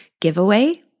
giveaway